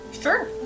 Sure